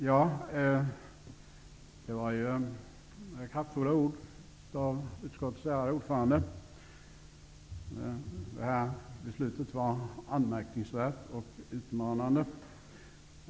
Herr talman! Det var kraftfulla ord från utskottets ärade ordförande. Han sade att detta beslut var anmärkningsvärt och utmanande.